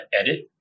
edit